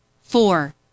Four